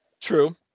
true